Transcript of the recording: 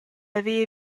haver